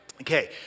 Okay